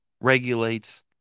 regulates